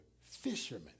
Fishermen